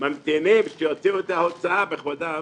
ממתינים שיוציאו את ההוצאה בכבודם